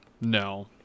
No